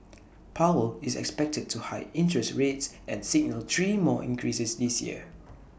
powell is expected to hike interest rates and signal three more increases this year